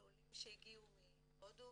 לעולים שהגיעו מהודו,